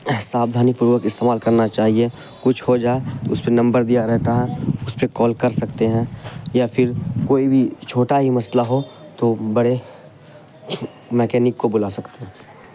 سابدھانی پوروک استعمال کرنا چاہیے کچھ ہو جائے اس پہ نمبر دیا رہتا ہے اس پہ کال کر سکتے ہیں یا پھر کوئی بھی چھوٹا ہی مسئلہ ہو تو بڑے میکینک کو بلا سکتے ہیں